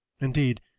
Indeed